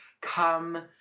come